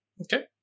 Okay